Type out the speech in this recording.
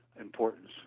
importance